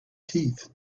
teeth